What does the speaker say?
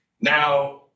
Now